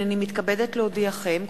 הנני מתכבדת להודיעכם,